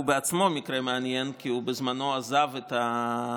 הוא בעצמו מקרה מעניין כי בזמנו הוא עזב בזמנו את